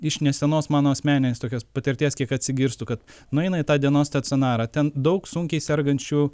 iš nesenos mano asmeninės tokios patirties kiek atsigirstų kad nueina į tą dienos stacionarą ten daug sunkiai sergančių